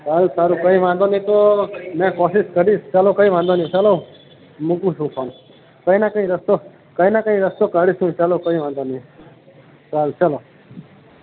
સારું સારું કંઈ વાંધો નહીં તો મેં કોશિશ કરીશ ચાલો કંઈ વાંધો નહીં ચાલો મૂકું છું ફોન કંઈ ને કંઈ રસ્તો કંઈ ને કંઈ રસ્તો કાઢીશું ચાલો કંઈ વાંધો નહીં સારું ચાલો